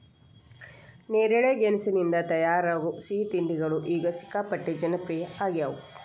ನೇರಳೆ ಗೆಣಸಿನಿಂದ ತಯಾರಾಗೋ ಸಿಹಿ ತಿಂಡಿಗಳು ಈಗ ಸಿಕ್ಕಾಪಟ್ಟೆ ಜನಪ್ರಿಯ ಆಗ್ಯಾವ